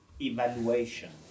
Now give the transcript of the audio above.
evaluation